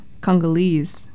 Congolese